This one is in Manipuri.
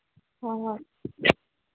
ꯍꯣꯏ ꯍꯣꯏ